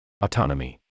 Autonomy